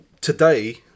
today